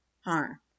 harm